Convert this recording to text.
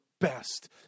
best